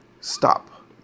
stop